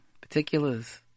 particulars